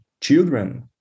children